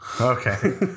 Okay